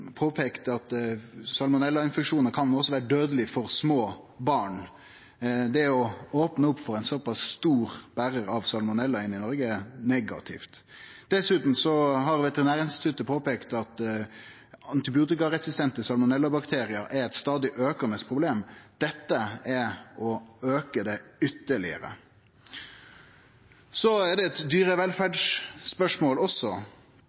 påpeikt at salmonellainfeksjonar kan vere dødeleg for små barn. Det å opne opp for eit såpass stort tal berarar av salmonella i Noreg er negativt. Dessutan har Veterinærinstituttet påpeikt at antibiotikaresistente salmonellabakteriar er eit stadig aukande problem. Dette er å auke det ytterlegare. Det er også eit